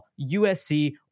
USC